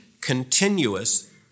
continuous